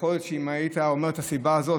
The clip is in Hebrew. יכול להיות שאם היית אומר את הסיבה הזאת,